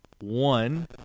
one